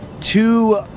Two